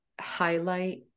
highlight